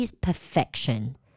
perfection